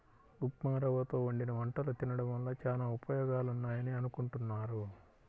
ఉప్మారవ్వతో వండిన వంటలు తినడం వల్ల చానా ఉపయోగాలున్నాయని అనుకుంటున్నారు